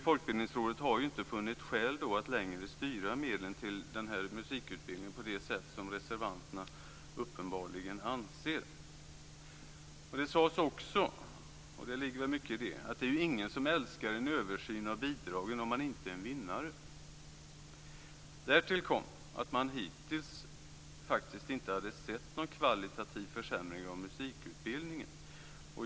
Folkbildningsrådet har inte funnit skäl att längre styra medlen till den här musikutbildningen på det sätt som reservanterna uppenbarligen anser. Vidare sades det, och det ligger väl mycket i det, att det ju inte är någon som älskar en översyn av bidragen om man inte är en vinnare. Därtill kom att man hittills faktiskt inte hade sett någon kvalitativ försämring av musikutbildningen.